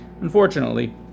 Unfortunately